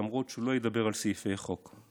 למרות שהוא לא ידבר על סעיפי חוק.